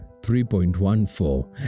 3.14